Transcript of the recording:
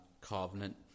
covenant